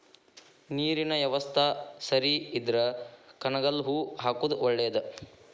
ನೇರಿನ ಯವಸ್ತಾ ಸರಿ ಇದ್ರ ಕನಗಲ ಹೂ ಹಾಕುದ ಒಳೇದ